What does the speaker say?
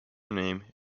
name